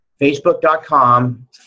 Facebook.com